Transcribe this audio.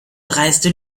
dreiste